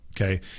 Okay